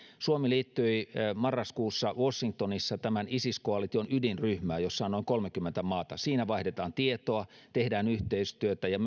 suomi liittyi marraskuussa washingtonissa tämän isis koalition ydinryhmään jossa on noin kolmekymmentä maata siinä vaihdetaan tietoa tehdään yhteistyötä ja